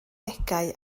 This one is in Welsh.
degau